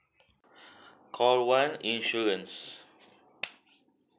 call one insurance